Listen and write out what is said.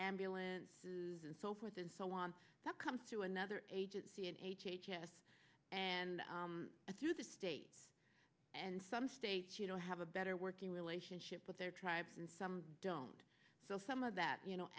ambulance and so forth and so on that comes to another agency in h h s and through the state and some states you know have a better working relationship with their tribes and some don't so some of that you know